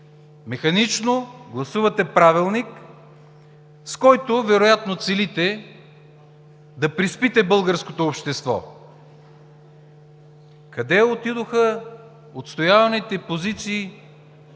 механично гласувате Правилник, с който вероятно целите да приспите българското общество. Къде отидоха отстояваните позиции